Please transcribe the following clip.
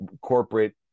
corporate